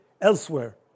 elsewhere